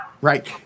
Right